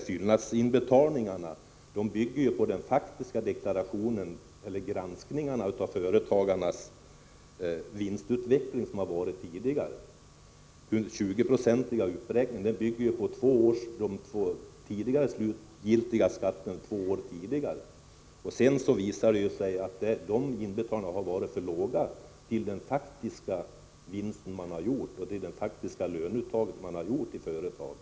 Fyllnadsinbetalningarna bygger på en granskning av den vinstutveckling för företagarna som varit — den 20-procentiga uppräkningen bygger på den slutgiltiga skatten två år tidigare. Sedan visar det sig att inbetalningarna har varit för låga, jämförda med den faktiska vinsten och det faktiska löneuttaget i företagen.